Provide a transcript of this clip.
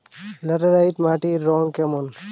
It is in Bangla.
ল্যাটেরাইট মাটির রং কেমন?